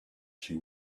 she